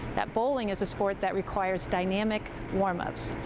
that bowling is a sport that requires dynamic warm-ups.